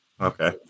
Okay